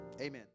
Amen